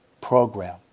program